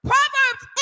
Proverbs